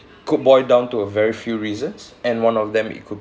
could boil down to a very few reasons and one of them it could